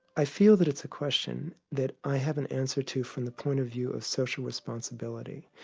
i feel that it's a question that i have an answer to from the point of view of social responsibility.